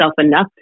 enough